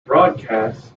broadcast